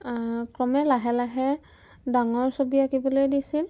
ক্ৰমে লাহে লাহে ডাঙৰ ছবি আঁকিবলৈ দিছিল